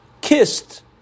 kissed